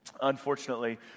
unfortunately